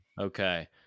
Okay